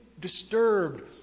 disturbed